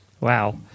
Wow